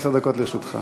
עשר דקות לרשותך.